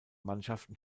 mannschaften